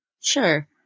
Sure